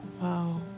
Wow